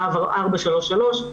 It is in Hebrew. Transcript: לה"ב 433,